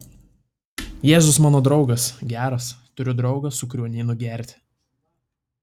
jėzus mano draugas geras turiu draugą su kuriuo neinu gerti